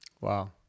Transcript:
Wow